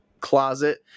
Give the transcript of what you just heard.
closet